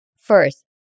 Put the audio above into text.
First